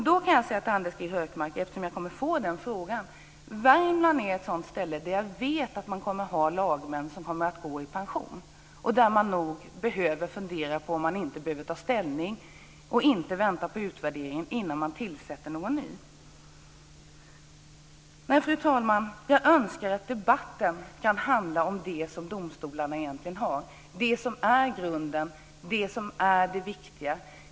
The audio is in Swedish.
Då kan jag säga till Anders G Högmark, jag vet att jag kommer att få den frågan, att Värmland är ett sådant ställe där man har lagmän som kommer att gå i pension. Där behöver man nog fundera om man inte behöver ta ställning nu och inte vänta på utvärdering innan man tillsätter någon ny. Fru talman! Jag önskar att debatten kan handla om det som domstolarna egentligen har, det som är grunden, det som är det viktiga.